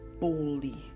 boldly